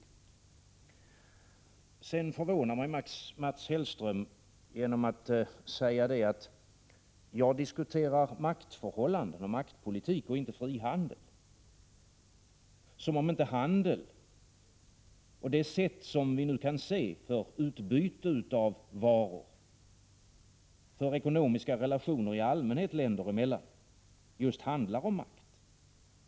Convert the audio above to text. Mats Hellström förvånar mig genom att säga att jag diskuterar maktförhållanden och maktpolitik och inte frihandel. Som om inte handel och det sätt som vi nu kan se för utbyte av varor, för ekonomiska relationer i allmänhet länder emellan, just handlar om makt.